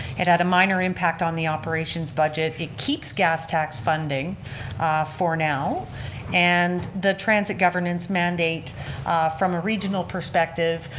it had a minor impact on the operations budget. it keeps gas tax funding for now and the transit governance mandate from a regional perspective,